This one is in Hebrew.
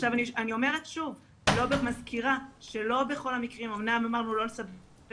אמנם אמרנו לא לסווג